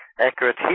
accurate